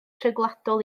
rhyngwladol